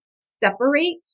separate